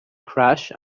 crush